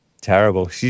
Terrible